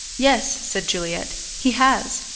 yes, said juliet, he has,